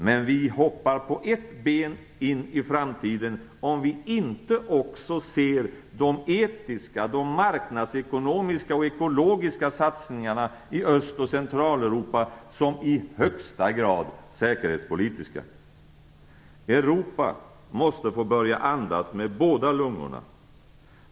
Men vi hoppar på ett ben in i framtiden om vi inte också ser de etiska, de marknadsekonomiska och ekologiska satsningarna i Öst och Centraleuropa som i högsta grad säkerhetspolitiska. Europa måste få börja andas med båda lungorna.